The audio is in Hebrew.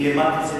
לימדתי